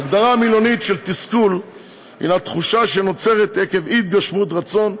ההגדרה המילונית של תסכול הנה תחושה שנוצרת עקב אי-התגשמות רצון,